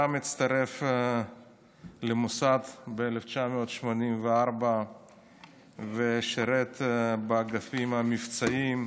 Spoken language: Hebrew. רם הצטרף למוסד בשנת 1984 ושירת באגפים המבצעיים.